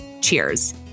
Cheers